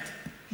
מסובכת.